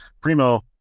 Primo